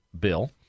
bill